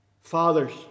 Fathers